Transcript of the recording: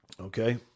Okay